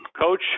coach